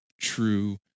true